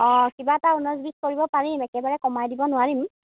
অঁ কিবা এটা ঊনৈছ বিছ কৰিব পাৰিম একেবাৰে কমাই দিব নোৱাৰিম